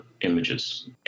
images